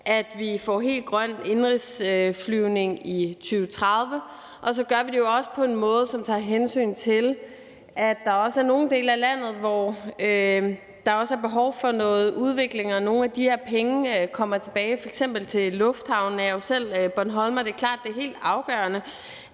at vi får helt grøn indenrigsflyvning i 2030. Og så gør vi det jo også på en måde, som tager hensyn til, at der er nogle dele af landet, hvor der også er behov for noget udvikling, og at nogle af de her penge kommer tilbage til f.eks. lufthavne. Jeg er selv bornholmer, og det er klart, at det er helt afgørende,